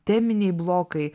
teminiai blokai